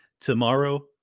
tomorrow